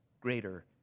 greater